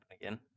again